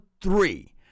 three